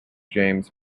james